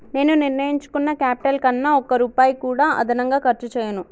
నేను నిర్ణయించుకున్న క్యాపిటల్ కన్నా ఒక్క రూపాయి కూడా అదనంగా ఖర్చు చేయను